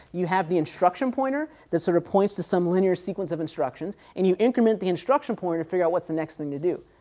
you have the instruction pointer that sort of points to some linear sequence of instructions. and you increment the instruction pointer to figure out what's the next thing to do.